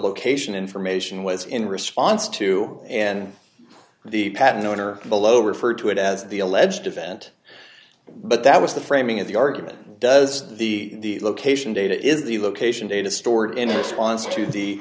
location information was in response to and the patent owner below referred to it as the alleged event but that was the framing of the argument does the location data is the location data stored in